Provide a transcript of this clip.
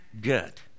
good